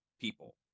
people